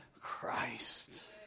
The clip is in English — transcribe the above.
Christ